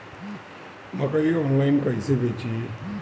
मकई आनलाइन कइसे बेची?